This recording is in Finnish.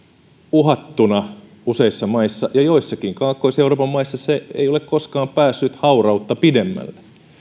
uhattuna useissa maissa ja joissakin kaakkois euroopan maissa se ei ole koskaan päässyt haurautta pidemmälle